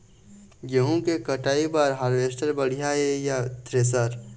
गेहूं के कटाई बर हारवेस्टर बढ़िया ये या थ्रेसर?